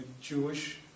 Jewish